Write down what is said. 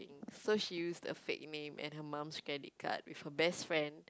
so she used a fake name and her mom's credit card with her best friend